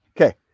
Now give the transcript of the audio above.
okay